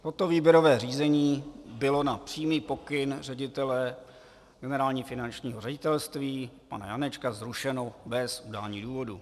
Toto výběrové řízení bylo na přímý pokyn ředitele Generálního finančního ředitelství pana Janečka zrušeno bez udání důvodu.